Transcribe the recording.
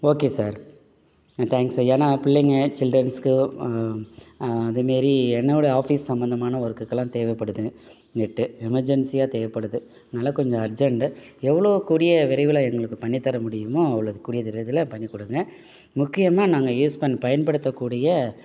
okay sir thanks ஏன்னா பிள்ளைங்க சில்ட்ரன்ஸ்க்கு அதே மாரி என்னோட ஆஃபீஸ் சம்மந்தமான ஒர்க்குக்கெல்லாம் தேவைப்படுது நெட்டு எமெர்ஜென்சியாக தேவைப்படுது அதனால் கொஞ்சம் அர்ஜெண்டு எவ்வளோ கூடிய விரைவில் எங்களுக்கு பண்ணித்தர முடியுமோ அவ்வளோ கூடிய விரைவில் பண்ணிக்கொடுங்க முக்கியமாக நாங்கள் யூஸ் பண் பயன்படுத்தக்கூடிய